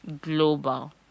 global